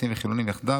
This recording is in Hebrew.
דתיים וחילונים יחדיו,